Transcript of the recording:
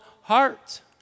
heart